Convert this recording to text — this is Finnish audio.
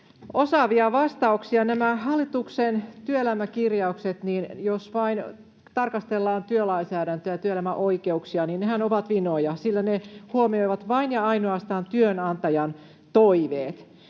osaavia vastauksia. Nämä hallituksen työelämäkirjauksethan, jos vain tarkastellaan työlainsäädäntöä ja työelämän oikeuksia, ovat vinoja, sillä ne huomioivat vain ja ainoastaan työnantajan toiveet.